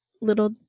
little